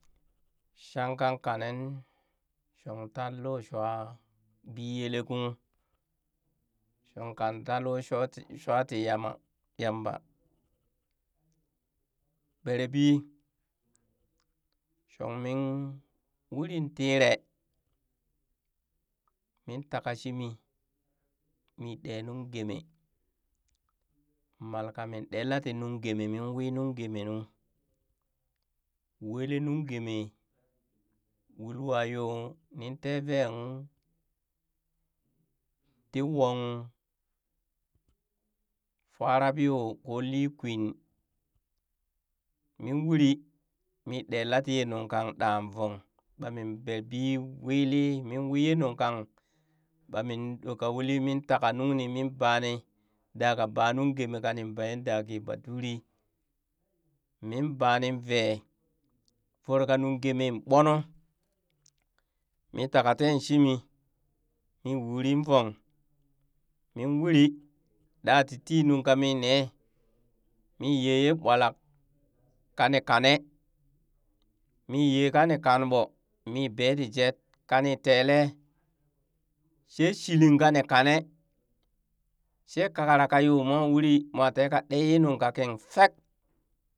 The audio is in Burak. Shanka kane shong taa loo shuwa biyele kung, shong kan in taa loo shuwa ti yama yamba berebi shong miin uri tiree min taka shimii, mii dee nuŋ geemee mal kamim dee lati nuŋ gemee min wii nuŋgeme nu, welee nung geme, wulwa yo nin tee veen tii woon faa rab yo ko lii kwin min uri min ɗee lati nuŋ kang ɗan vong, ɓa mi bee bii wili min wi ye ɓa min ɗo ka uli min taka nungni min baani daa ka ka ba nungheme kanin bee da ki baduri min baa nin vee, voro ka nung gee mee ɓot nuu, mii taka tee shimii mii wuri vong min uri daa titi nunka mii nee mii yee yee ɓolak kani kane mii yee kani kanɓoo, mii bee tii jet kani telee shee shiling kani kane shee kakra ka yo moon uri mwa tee ka ɗee yee nung ka kiin fek.